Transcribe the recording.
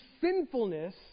sinfulness